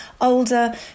older